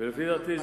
לפי דעתי,